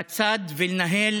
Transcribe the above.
בצד, ולנהל